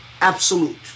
absolute